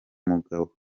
mugabo